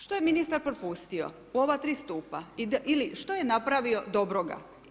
Što je ministar propustio u ova tri stupa ili što je napravio dobroga?